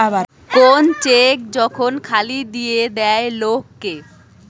কোন চেক যখন খালি দিয়ে দেয় লোক কে